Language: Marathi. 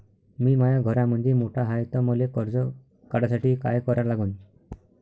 मी माया घरामंदी मोठा हाय त मले कर्ज काढासाठी काय करा लागन?